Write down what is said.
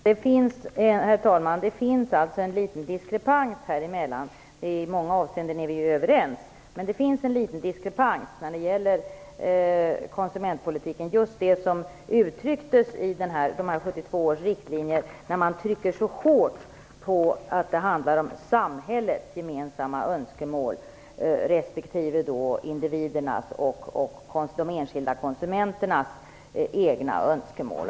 Herr talman! Det finns alltså en liten diskrepans - i många avseenden är vi överens - när det gäller konsumentpolitiken i det som uttrycktes i 1972 års riktlinjer. Man trycker så hårt på att det handlar om samhällets gemensamma önskemål, respektive individernas och de enskilda konsumenternas egna önskemål.